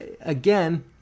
Again